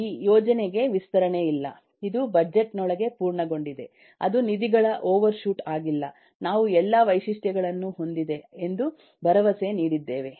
ಈ ಯೋಜನೆಗೆ ವಿಸ್ತರಣೆಯಿಲ್ಲ ಇದು ಬಜೆಟ್ ನೊಳಗೆ ಪೂರ್ಣಗೊಂಡಿದೆ ಅದು ನಿಧಿಗಳ ಓವರ್ಶೂಟ್ ಆಗಿಲ್ಲ ನಾವು ಎಲ್ಲಾ ವೈಶಿಷ್ಟ್ಯಗಳನ್ನು ಹೊಂದಿದೆ ಎಂದು ಭರವಸೆ ನೀಡಿದ್ದೇವೆ